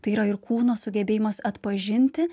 tai yra ir kūno sugebėjimas atpažinti